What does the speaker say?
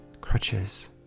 crutches